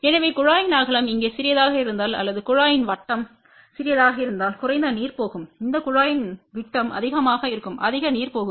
எனவே குழாயின் அகலம் இங்கே சிறியதாக இருந்தால் அல்லது குழாயின் விட்டம் சிறியதாக இருந்தால் குறைந்த நீர் போகும் இந்த குழாயின் விட்டம் அதிகமாக இருக்கும்அதிக நீர் போகும்